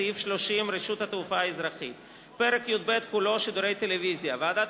סעיף 30 (רשות התעופה האזרחית); פרק י"ב כולו (שידורי טלוויזיה) ועדת